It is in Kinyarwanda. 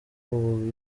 uba